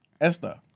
Esther